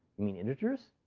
you mean integers?